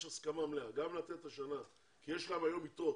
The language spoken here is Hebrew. הסכמה מלאה גם לתת השנה כי יש להם היום יתרות.